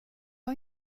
har